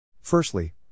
Firstly